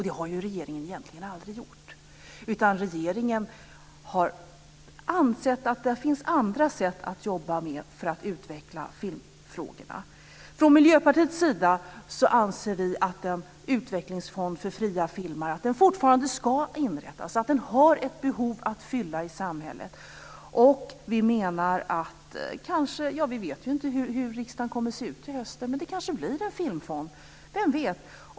Det har ju regeringen egentligen aldrig gjort, utan regeringen har ansett att det finns andra sätt att utveckla filmfrågorna. Miljöpartiet anser fortfarande att en utvecklingsfond för fria filmare ska inrättas. Den har ett behov att fylla i samhället. Vi menar att det kanske kan bli en filmfond till hösten - vi vet ju inte hur riksdagen kommer att se ut då. Vem vet?